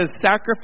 sacrifice